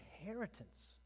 inheritance